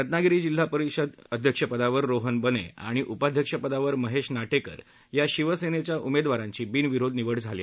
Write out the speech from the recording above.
रत्नागिरी जिल्हा परिषद अध्यक्षपदावर रोहन बने आणि उपाध्यक्षपदावर महेश नाटेकर या शिवसेनेच्या उमेदवारांची बिनविरोध निवड झाली